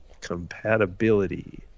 compatibility